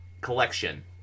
collection